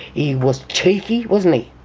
he was cheeky, wasn't he,